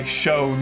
show